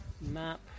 map